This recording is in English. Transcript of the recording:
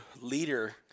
leader